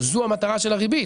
זו המטרה של הריבית.